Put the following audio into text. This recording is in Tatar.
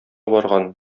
барган